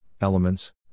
elements